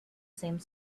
same